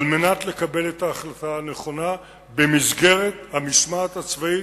על מנת לקבל את ההחלטה הנכונה במסגרת המשמעת הצבאית,